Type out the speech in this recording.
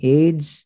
age